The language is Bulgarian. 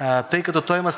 МУСТАФА КАРАДАЙЪ